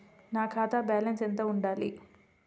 నా ఖాతా బ్యాలెన్స్ ఎంత ఉండాలి?